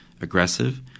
aggressive